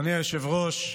אדוני היושב-ראש,